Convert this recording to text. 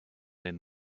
den